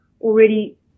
already